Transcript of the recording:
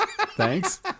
thanks